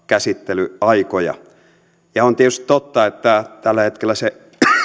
käsittelyaikoja ja on tietysti totta että tällä hetkellä